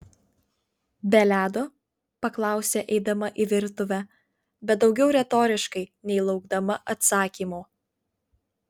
be ledo paklausė eidama į virtuvę bet daugiau retoriškai nei laukdama atsakymo